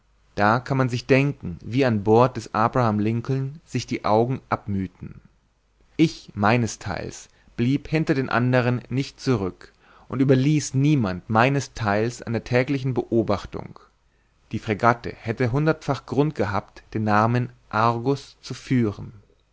da kann man sich denken wie an bord des abraham lincoln sich die augen abmüheten ich meines theils blieb hinter den anderen nicht zurück und überließ niemand meinen theil an der täglichen beobachtung die fregatte hätte hundertfach grund gehabt den namen argus zu führen